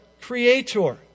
creator